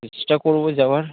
চেষ্টা করব যাওয়ার